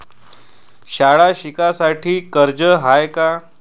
शाळा शिकासाठी कर्ज हाय का?